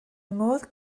modd